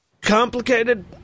Complicated